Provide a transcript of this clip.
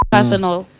Personal